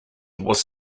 was